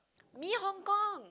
Mee Hong-Kong